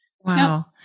Wow